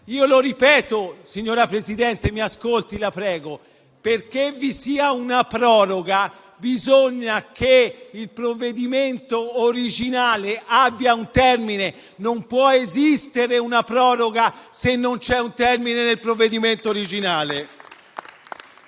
Lo ripeto, signor Presidente, mi ascolti, la prego: perché vi sia una proroga bisogna che il provvedimento originale abbia un termine, non può esistere una proroga se non c'è un termine nel provvedimento originale.